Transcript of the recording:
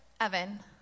Evan